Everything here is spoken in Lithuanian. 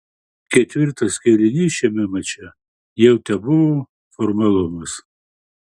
ketvirtas kėlinys šiame mače jau tebuvo formalumas